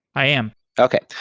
i am okay.